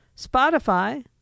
Spotify